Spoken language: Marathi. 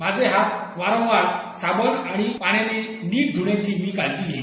माझे हात वारंवार साबण आणि पाण्याने नीट ध्ण्याची काळजी घेईन